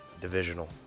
divisional